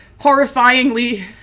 horrifyingly